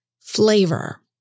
flavor